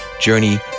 journey